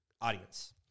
audience